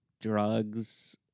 drugs